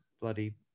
bloody